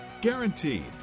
Guaranteed